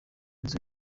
nzu